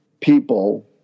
people